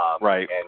Right